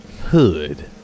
Hood